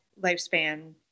Lifespan